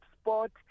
sport